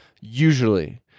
usually